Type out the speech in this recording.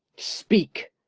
speak!